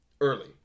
early